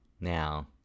Now